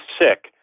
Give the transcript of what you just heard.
sick